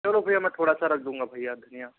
चलो भैया मैं थोड़ा सा रख दूंगा भैया धनिया